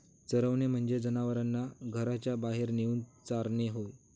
चरवणे म्हणजे जनावरांना घराच्या बाहेर नेऊन चारणे होय